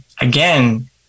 again